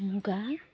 মুগা